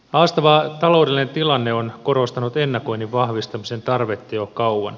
haastava taloudellinen tilanne on korostanut ennakoinnin vahvistamisen tarvetta jo kauan